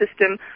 system